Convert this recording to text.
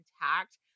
intact